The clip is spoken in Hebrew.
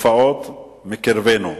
תופעות בקרבנו.